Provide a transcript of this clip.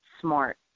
smart